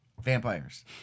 Vampires